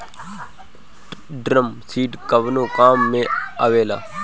Drum seeder कवने काम में आवेला?